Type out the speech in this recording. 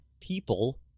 people